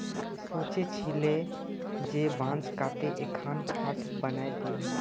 सोचे छिल जे बांस काते एकखन खाट बनइ ली